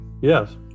Yes